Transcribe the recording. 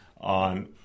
on